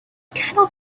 cannot